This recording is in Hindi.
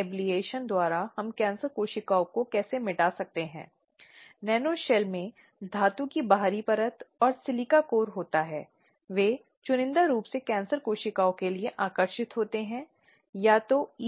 अब ऐसा सदस्य गैर सरकारी संगठनों के बीच गैर सरकारी संगठनों से हो सकता है यौन उत्पीड़न के मुद्दों से परिचित महिलाओं या किसी व्यक्ति के कारण के लिए प्रतिबद्ध संगठनों या संघों